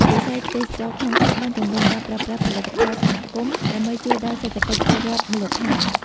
វិស័យ ទេសចរណ៍ ក្នុងស្រុកបានជម្រុញការប្រើប្រាស់ផលិតផលសហគមន៍ ដើម្បីជួយដល់សេដ្ឋកិច្ចពលរដ្ឋមូលដ្ឋាន។